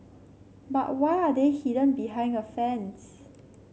but why are they hidden behind a fence